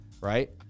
right